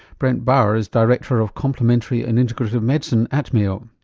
brent bauer is director of complementary and integrative medicine at mayo.